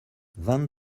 vingt